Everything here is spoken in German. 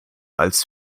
als